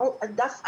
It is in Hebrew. דף ענק,